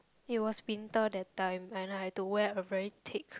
it was winter that time and I had to wear a very thick